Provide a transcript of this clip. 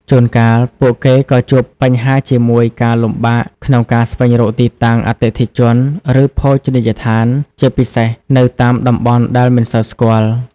ជួនកាលពួកគេក៏ជួបបញ្ហាជាមួយ ការលំបាកក្នុងការស្វែងរកទីតាំង អតិថិជន ឬភោជនីយដ្ឋាន ជាពិសេសនៅតាមតំបន់ដែលមិនសូវស្គាល់។